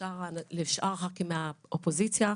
לשאר הח"כים מהאופוזיציה.